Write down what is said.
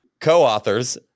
co-authors